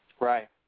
Right